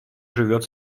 живет